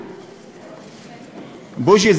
בוז'י,